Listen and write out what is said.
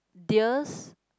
deers